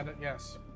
yes